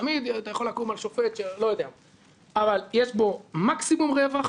יש בו מקסימום רווח,